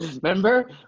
Remember